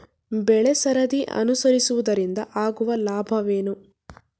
ಬೆಳೆಸರದಿ ಅನುಸರಿಸುವುದರಿಂದ ಆಗುವ ಲಾಭವೇನು?